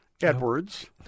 Edwards